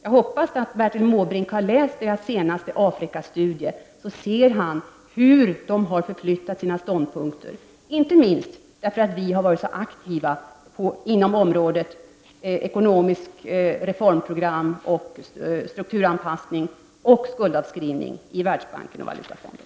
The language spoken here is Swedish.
Jag hoppas att Bertil Måbrink har läst deras senaste Afrikastudie, så han kan se hur ståndpunkterna har förflyttats — inte minst för att vi har varit så aktiva inom området ekonomiskt reformprogram och strukturanpassning och skuldavskrivning i Världsbanken och Valutafonden.